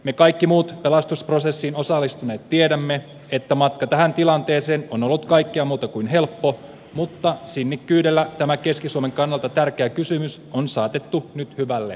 me kaikki muut pelastusprosessiin osallistuneet tiedämme että matka tähän tilanteeseen on ollut kaikkea muuta kuin helppo mutta sinnikkyydellä tämä keski suomen kannalta tärkeä kysymys on saatettu nyt hyvälle mallille